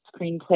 screenplay